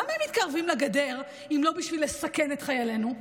למה הם מתקרבים לגדר אם לא בשביל לסכן את חיילינו,